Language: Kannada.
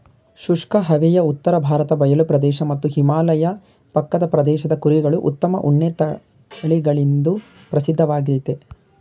ಶುಷ್ಕ ಹವೆಯ ಉತ್ತರ ಭಾರತ ಬಯಲು ಪ್ರದೇಶ ಮತ್ತು ಹಿಮಾಲಯ ಪಕ್ಕದ ಪ್ರದೇಶದ ಕುರಿಗಳು ಉತ್ತಮ ಉಣ್ಣೆ ತಳಿಗಳೆಂದು ಪ್ರಸಿದ್ಧವಾಗಯ್ತೆ